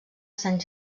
sant